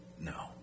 No